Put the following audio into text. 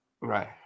Right